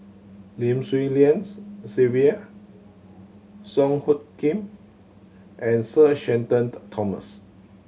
Lim Swee Lian's Sylvia Song Hoot Kiam and Sir Shenton Thomas